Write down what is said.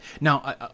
now